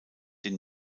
den